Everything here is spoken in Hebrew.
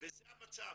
וזה המצב.